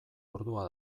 ordua